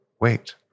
wait